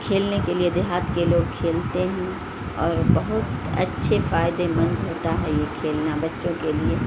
کھیلنے کے لیے دیہات کے لوگ کھیلتے ہیں اور بہت اچھے فائدےمند ہوتا ہے یہ کھیلنا بچوں کے لیے